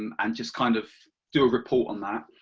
um and just kind of do a report on that.